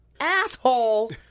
asshole